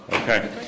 Okay